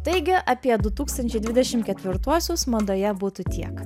taigi apie du tūkstančiai dvidešim ketvirtuosius madoje būtų tiek